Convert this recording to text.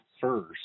first